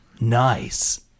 Nice